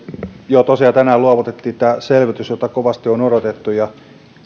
joo tosiaan tänään luovutettiin tämä selvitys jota kovasti on odotettu